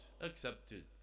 Accepted